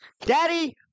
Daddy